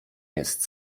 jest